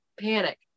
panic